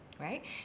right